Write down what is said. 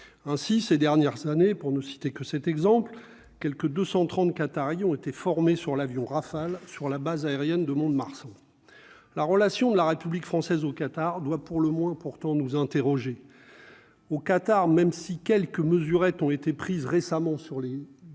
ainsi ces dernières années, pour ne citer que cet exemple, quelque 234 Arion étaient formés sur l'avion Rafale sur la base aérienne de Mont-de-Marsan, la relation de la République française au Qatar, doit pour le moins pourtant nous interroger au Qatar, même si quelques mesurettes ont été prises récemment sur les les